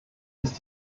ist